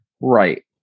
right